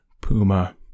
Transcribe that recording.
Puma